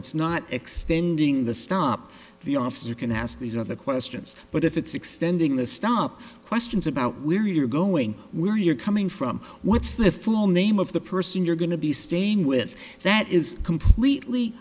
it's not extending the stop the officer can ask these other questions but if it's extending the stop questions about where you're going where you're coming from what's the full name of the person you're going to be staying with that is completely